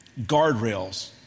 guardrails